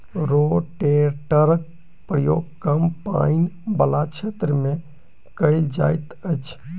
रोटेटरक प्रयोग कम पाइन बला क्षेत्र मे कयल जाइत अछि